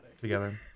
Together